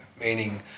Meaning